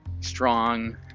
strong